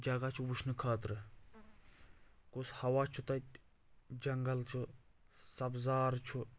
جگہ چھُ وٕچھنہٕ خٲطرٕ کُس ہوا چھُ تتہِ جنگل چھُ سبزار چھُ